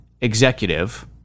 executive